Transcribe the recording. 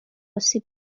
آسیب